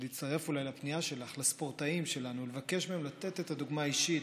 להצטרף לפנייה שלך לספורטאים שלנו ולבקש מהם לתת את הדוגמה האישית,